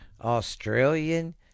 Australian